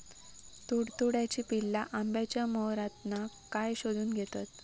तुडतुड्याची पिल्ला आंब्याच्या मोहरातना काय शोशून घेतत?